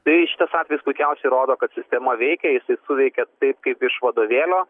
tai šitas atvejis puikiausiai rodo kad sistema veikia jisai suveikė taip kaip iš vadovėlio